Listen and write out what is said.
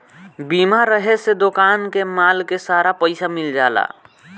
बीमा रहे से दोकान के माल के सारा पइसा मिल जाला